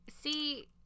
See